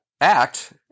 act